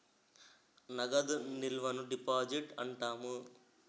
నగదు నిల్వను డిపాజిట్ అంటాము